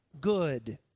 good